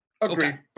Agreed